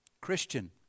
Christian